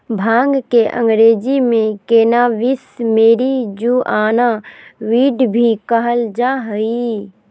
भांग के अंग्रेज़ी में कैनाबीस, मैरिजुआना, वीड भी कहल जा हइ